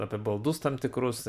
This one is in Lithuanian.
apie baldus tam tikrus